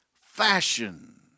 fashion